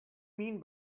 mean